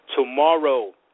Tomorrow